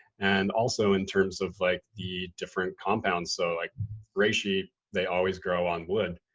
and also in terms of like the different compounds. so like reishi, they always grow on wood.